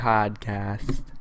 Podcast